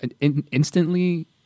instantly